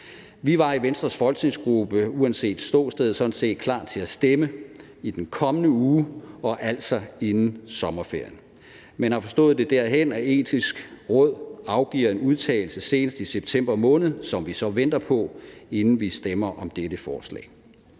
Vi var i Venstres folketingsgruppe uanset ståsted sådan set klar til at stemme i den kommende uge, altså inden sommerferien, men har forstået det derhen, at Det Etiske Råd afgiver en udtalelse senest i september måned, som vi så venter på, inden vi stemmer om dette forslag.